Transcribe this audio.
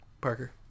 Parker